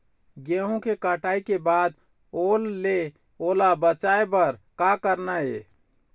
गेहूं के कटाई के बाद ओल ले ओला बचाए बर का करना ये?